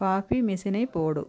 coffee மிஷினை போடு